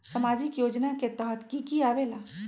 समाजिक योजना के तहद कि की आवे ला?